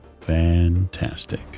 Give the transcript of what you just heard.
Fantastic